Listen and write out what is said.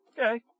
Okay